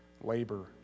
labor